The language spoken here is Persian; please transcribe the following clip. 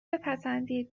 بپسندین